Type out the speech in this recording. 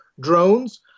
drones